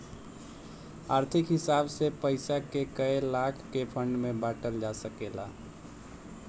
आर्थिक हिसाब से पइसा के कए लेखा के फंड में बांटल जा सकेला